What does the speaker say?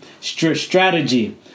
strategy